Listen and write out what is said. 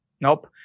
Nope